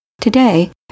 Today